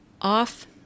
off